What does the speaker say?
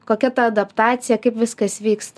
kokia ta adaptacija kaip viskas vyksta